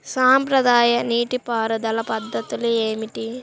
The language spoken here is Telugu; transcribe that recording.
సాంప్రదాయ నీటి పారుదల పద్ధతులు ఏమిటి?